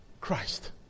Christ